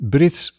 Brits